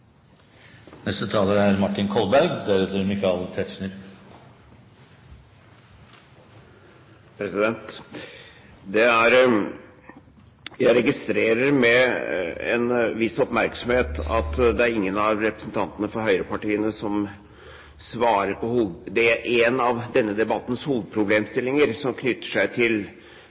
Jeg registrerer med en viss oppmerksomhet at det ikke er noen av representantene fra høyrepartiene som svarer på en av denne debattens hovedproblemstillinger, som knytter seg til